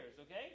okay